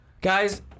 guys